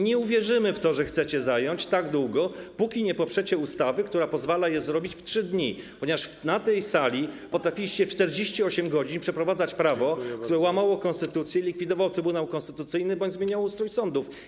Nie uwierzymy w to, że chcecie je zająć, tak długo, jak nie poprzecie ustawy, która pozwala to zrobić w 3 dni, ponieważ na tej sali potrafiliście w 48 godzin wprowadzać prawo, które łamało konstytucję, likwidowało Trybunał Konstytucyjny bądź zmieniało ustrój sądów.